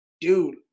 dude